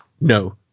no